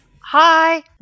Hi